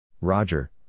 Roger